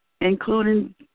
including